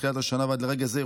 מתחילת השנה ועד לרגע זה,